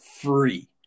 free